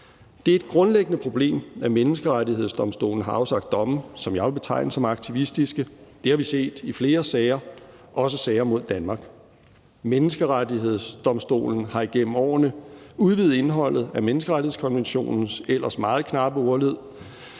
Det er et grundlæggende problem, at Menneskerettighedsdomstolen har afsagt domme, som jeg vil betegne som aktivistiske. Det har vi set i flere sager, også sager mod Danmark. Menneskerettighedsdomstolen har igennem årene udvidet indholdet af menneskerettighedskonventionens ellers meget knappe ordlyd.